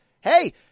Hey